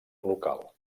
local